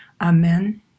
Amen